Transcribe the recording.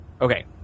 okay